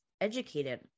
educated